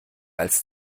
als